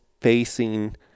facing